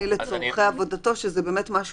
יש פה "יציאה של עובד חיוני לצורכי עבודתו",